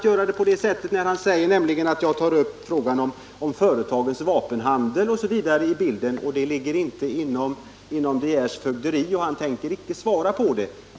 Försvarsministern säger nämligen att jag tar med frågan om företagens vapenhandel osv. i bilden och att det inte ligger inom försvarsministerns fögderi och att han inte tänker svara på frågan.